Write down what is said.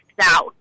South